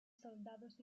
soldados